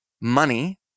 money